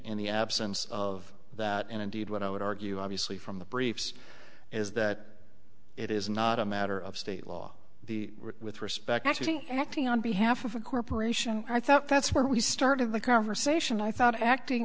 in the absence of that and indeed what i would argue obviously from the briefs is that it is not a matter of state law with respect to acting on behalf of a corporation i thought that's where we started the conversation i thought acting